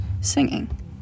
singing